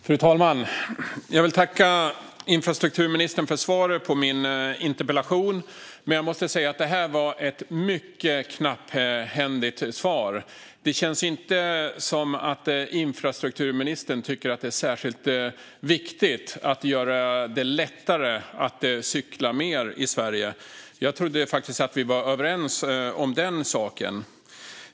Fru talman! Jag vill tacka infrastrukturministern för svaret på min interpellation, men jag måste säga att det var ett mycket knapphändigt svar. Det känns inte som att infrastrukturministern tycker att det är särskilt viktigt att göra det lättare att cykla mer i Sverige. Jag trodde faktiskt att vi var överens om den saken.